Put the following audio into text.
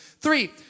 three